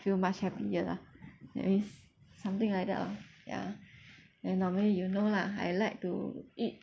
feel much happier lah that means something like that lah ya and normally you know lah I like to eat